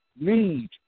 Lead